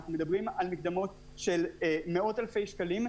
אנחנו מדברים על מקדמות של מאות אלפי שקלים.